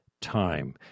time